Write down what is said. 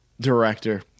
director